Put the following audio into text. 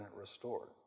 restored